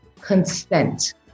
consent